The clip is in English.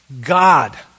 God